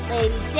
Lady